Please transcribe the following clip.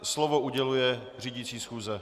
Slovo uděluje řídící schůze.